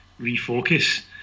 refocus